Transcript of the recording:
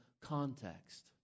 context